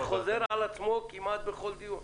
זה חוזר על עצמו כמעט בכל דיון.